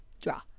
draw